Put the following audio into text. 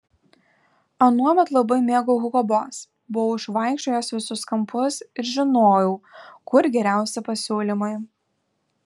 anuomet labai mėgau hugo boss buvau išvaikščiojęs visus kampus ir žinojau kur geriausi pasiūlymai